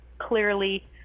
clearly